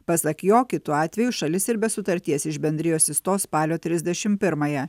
pasak jo kitu atveju šalis ir be sutarties iš bendrijos išstos spalio trisdešimt pirmąją